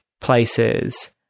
places